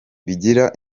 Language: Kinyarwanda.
bigira